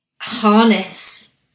harness